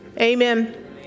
amen